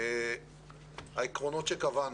העקרונות שקבענו.